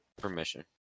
permission